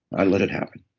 i let it happen.